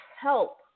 help